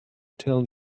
tell